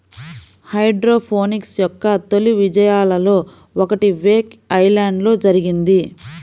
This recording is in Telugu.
హైడ్రోపోనిక్స్ యొక్క తొలి విజయాలలో ఒకటి వేక్ ఐలాండ్లో జరిగింది